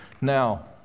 Now